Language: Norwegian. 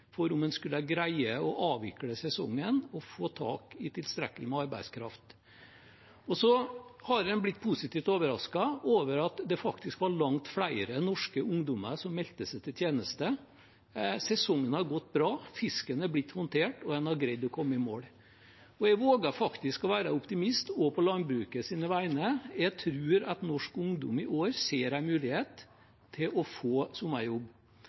for om en skulle greie å avvikle sesongen og få tak i tilstrekkelig arbeidskraft, men en har blitt positivt overrasket over at det faktisk var langt flere norske ungdommer som meldte seg til tjeneste. Sesongen har gått bra. Fisken er blitt håndtert, og en har greid å komme i mål. Jeg våger faktisk å være optimist også på landbrukets vegne. Jeg tror at norsk ungdom i år ser en mulighet til å få